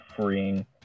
freeing